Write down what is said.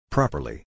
Properly